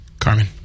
Carmen